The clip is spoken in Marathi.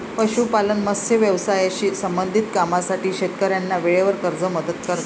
पशुपालन, मत्स्य व्यवसायाशी संबंधित कामांसाठी शेतकऱ्यांना वेळेवर कर्ज मदत करते